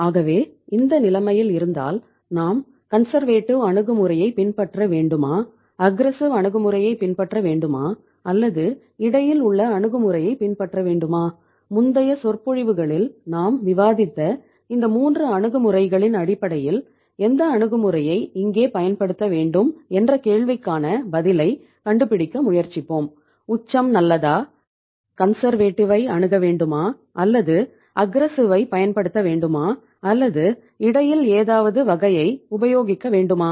ஆகவே இந்த நிலைமையில் இருந்தால் நாம் கன்சர்வேட்டிவ் பயன்படுத்த வேண்டுமா அல்லது இடையில் ஏதாவது வகையை உபயோகிக்க வேண்டுமா